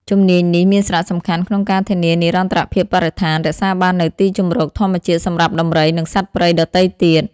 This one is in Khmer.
ជំនាញនេះមានសារៈសំខាន់ក្នុងការធានានិរន្តរភាពបរិស្ថាន រក្សាបាននូវទីជម្រកធម្មជាតិសម្រាប់ដំរី និងសត្វព្រៃដទៃទៀត។